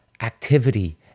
activity